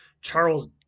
Charles